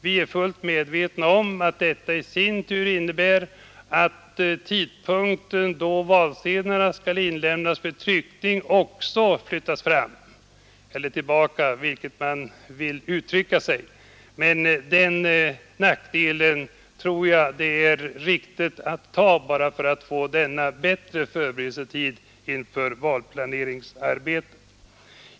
Vi är fullt medvetna om att detta i sin tur innebär att den tidpunkt då valsedlarna skall inlämnas för tryckning måste ändras. Men den nackdelen tror jag det är riktigt att ta bara för att få denna bättre förberedelsetid inför valen.